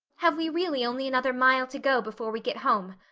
have we really only another mile to go before we get home?